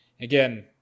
Again